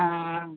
हाँ